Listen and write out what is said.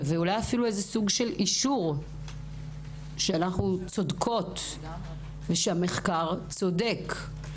ואולי אפילו סוג של אישור שאנחנו צודקות ושהמחקר צודק.